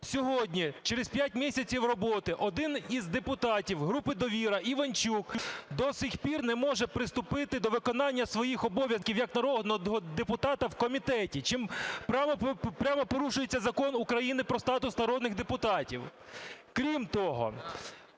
Сьогодні, через п'ять місяців роботи один із депутатів групи "Довіра" Іванчук до сих пір не може приступити до виконання своїх обов'язків як народного депутата в комітеті, чим прямо порушується Закон України про статус народних депутатів. Крім того,